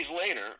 later